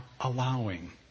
allowing